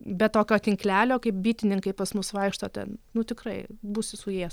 be tokio tinklelio kaip bitininkai pas mus vaikšto ten nu tikrai būsi suės